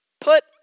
put